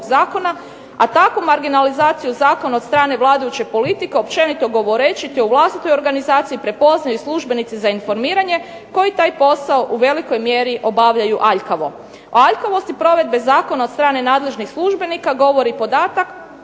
a takvu marginalizaciju zakona od strane vladajuće politike, općenito govoreći te u vlastitoj organizaciji prepoznaju službenici za informiranje koji taj posao u velikoj mjeri obavljaju aljkavo. O aljkavosti provedbe zakona od strane nadležnih službenika govori podatak